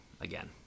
again